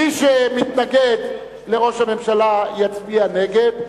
מי שמתנגד לראש הממשלה יצביע נגד,